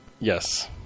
Yes